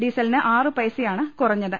ഡീസലിന് ആറുപൈസയാണ് കുറഞ്ഞത്